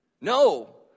No